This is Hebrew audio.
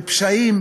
בפשעים,